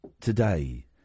today